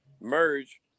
merge